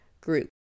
group